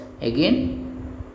again